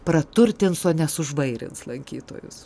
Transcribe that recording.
praturtins o nesužvairins lankytojus